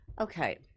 okay